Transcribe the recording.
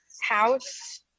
House